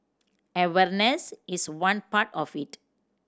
awareness is one part of it